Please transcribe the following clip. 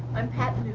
i'm pat